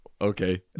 Okay